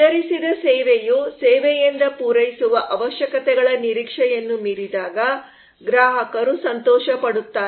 ವಿತರಿಸಿದ ಸೇವೆಯು ಸೇವೆಯಿಂದ ಪೂರೈಸುವ ಅವಶ್ಯಕತೆಗಳ ನಿರೀಕ್ಷೆಯನ್ನು ಮೀರಿದಾಗ ಗ್ರಾಹಕರು ಸಂತೋಷಪಡುತ್ತಾರೆ